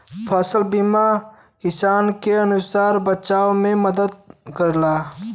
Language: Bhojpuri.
फसल बीमा किसान के नुकसान से बचाव में मदद करला